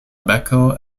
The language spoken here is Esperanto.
beko